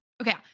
Okay